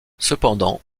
cependant